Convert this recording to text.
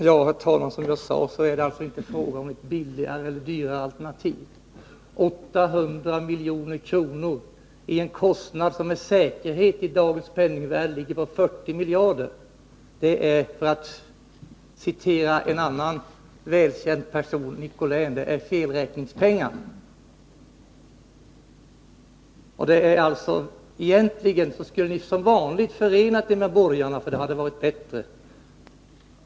Herr talman! Som jag sade är det alltså inte fråga om ett billigare eller ett dyrare alternativ. 800 milj.kr. är en kostnad som med säkerhet ligger inom ramen för 40 miljarder kronor i dagens penningvärde. För att citera en annan välkänd person, Nicolin, är det felräkningspengar. Egentligen skulle den socialdemokratiska majoriteten förenat sig med borgarna. Det hade varit bättre.